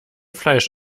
fleisch